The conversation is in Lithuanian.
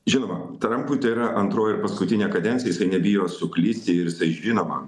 žinoma trampui tai yra antroji ir paskutinė kadencija jisai nebijo suklysti ir jisai žinoma